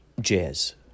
jazz